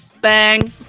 Bang